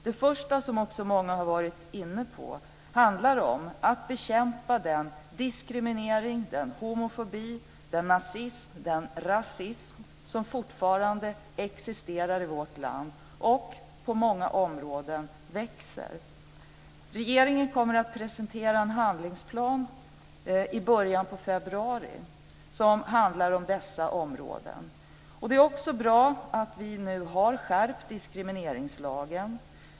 Det första, som också många andra har varit inne på, handlar om att bekämpa den diskriminering, den homofobi, den nazism och den rasism som fortfarande existerar i vårt land och som på många områden växer. Regeringen kommer att presentera en handlingsplan i början av februari som handlar om dessa områden. Det är bra att vi nu har skärpt diskrimineringslagen.